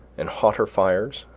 and hotter fires,